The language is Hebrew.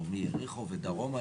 או מיריחו ודרומה,